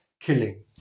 killing